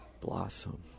blossom